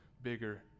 Bigger